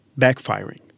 backfiring